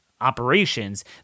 operations